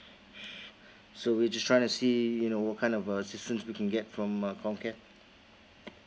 so we just try to see you know what kind of uh assistance we can get from uh COMCARE